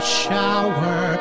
shower